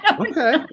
Okay